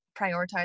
prioritize